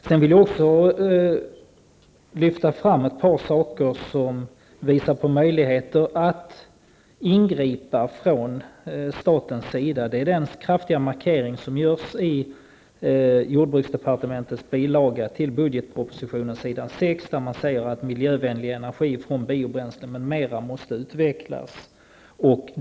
Jag vill lyfta fram ett par saker som visar på möjligheter att ingripa från statens sida. Det är den kraftiga markering som görs i jordbruksdepartementets bilaga till budgetpropositionen, där man säger att miljövänlig energi från biobränslen m.m. måste utvecklas.